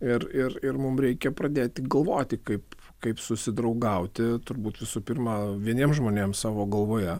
ir ir ir mum reikia pradėti galvoti kaip kaip susidraugauti turbūt visų pirma vieniems žmonėms savo galvoje